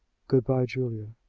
good-by, julia.